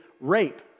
rape